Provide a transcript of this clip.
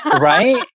right